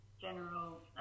general